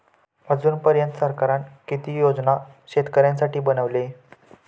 अजून पर्यंत सरकारान किती योजना शेतकऱ्यांसाठी बनवले?